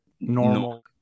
normal